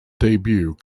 debut